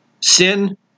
Sin